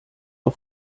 are